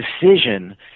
decision